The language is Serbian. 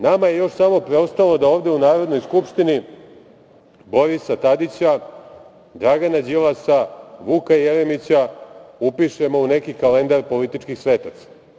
Nama je još samo preostalo da ovde u Narodnoj skupštini Borisa Tadića, Dragana Đilasa, Vuka Jeremića upišemo u neki kalendar političkih svetaca.